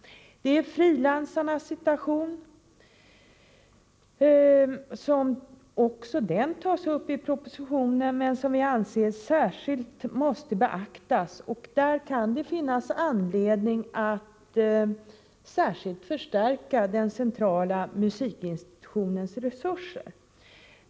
Också frilansarnas situation tas upp i propositionen, men vi anser att deras situation särskilt måste beaktas. Det kan finnas anledning att särskilt förstärka den centrala musikinstitutionens resurser.